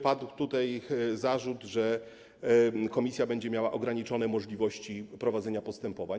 Padł też zarzut, że komisja będzie miała ograniczone możliwości prowadzenia postępowań.